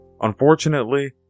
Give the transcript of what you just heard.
Unfortunately